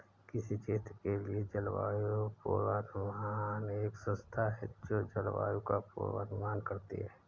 किसी क्षेत्र के लिए जलवायु पूर्वानुमान एक संस्था है जो जलवायु का पूर्वानुमान करती है